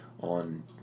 on